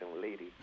lady